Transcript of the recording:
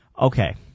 okay